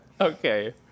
Okay